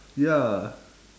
ya